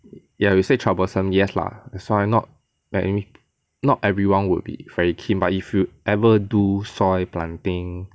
ya we say troublesome yes lah that's why not many not everyone would be very keen but if you ever do soil planting